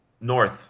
North